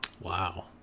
Wow